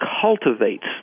cultivates